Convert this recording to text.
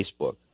facebook